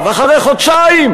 כן.